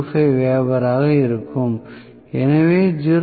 25 வெபராக இருக்கும் எனவே 0